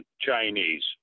Chinese